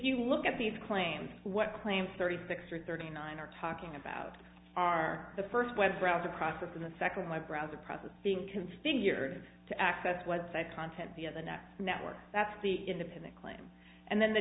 you look at these claims what claims thirty six or thirty nine are talking about are the first web browser process in the second my browser process being configured to access web site content via the next network that's the independent claim and then the